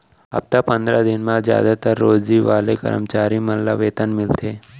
हप्ता पंदरा दिन म जादातर रोजी वाले करम चारी मन ल वेतन मिलथे